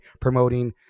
promoting